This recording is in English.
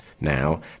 now